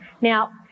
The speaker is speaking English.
Now